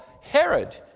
Herod